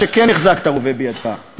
שכן החזקת רובה בידיך,